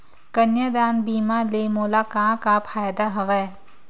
कन्यादान बीमा ले मोला का का फ़ायदा हवय?